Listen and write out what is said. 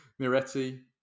Miretti